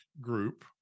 group